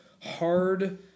hard